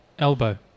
Elbow